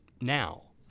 now